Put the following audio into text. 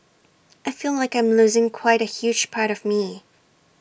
I feel like I'm losing quite A huge part of me